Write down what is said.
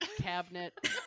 cabinet